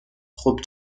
خوب